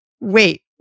Wait